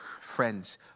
Friends